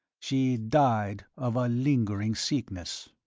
she died of a lingering sickness.